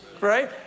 right